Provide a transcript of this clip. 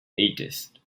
atheist